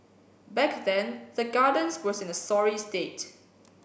back then the Gardens was in a sorry state